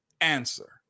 answer